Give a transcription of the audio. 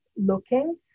looking